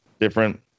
different